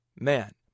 man